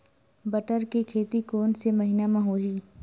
बटर के खेती कोन से महिना म होही?